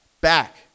back